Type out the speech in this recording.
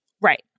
Right